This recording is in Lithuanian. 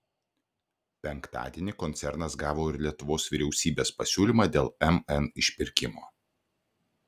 penktadienį koncernas gavo ir lietuvos vyriausybės pasiūlymą dėl mn išpirkimo